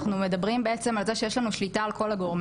אנחנו מדברים בעצם על זה שיש לנו שליטה על כל הגורמים,